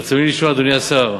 רצוני לשאול, אדוני השר: